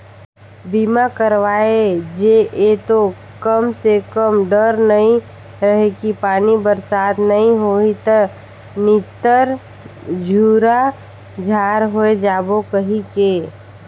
बीमा करवाय जे ये तो कम से कम डर नइ रहें कि पानी बरसात नइ होही त निच्चर झूरा झार होय जाबो कहिके